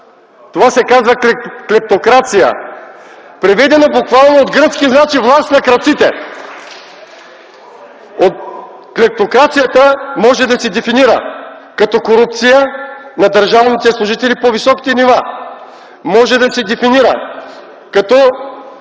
Това се казва клептокрация. Преведено буквално от гръцки значи „власт на крадците”. (Ръкопляскания от ГЕРБ.) Клептокрацията може да се дефинира като корупция на държавните служители по високите нива, може да се дефинира като